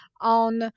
on